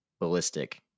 ballistic